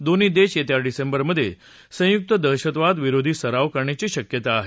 दोन्ही देश येत्या डिसेंबरमधे संयुक्त दहशतवाद विरोधी सराव करण्याची शक्यता आहे